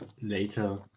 later